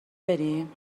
بریم